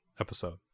episode